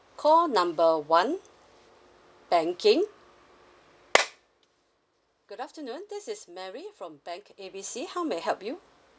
call number one banking good afternoon this is mary from bank A B C how may I help you